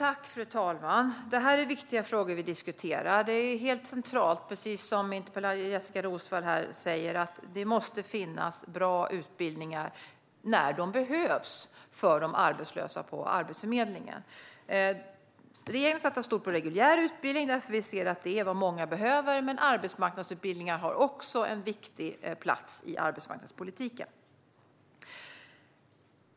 Fru talman! Det är viktiga frågor vi diskuterar. Det är helt centralt, precis som interpellanten Jessika Roswall säger här, att det finns bra utbildningar när de behövs för de arbetslösa på Arbetsförmedlingen. Regeringen satsar stort på reguljär utbildning, för vi ser att det är vad många behöver. Men arbetsmarknadsutbildningar har också en viktig plats i arbetsmarknadspolitiken.